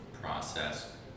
process